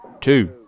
two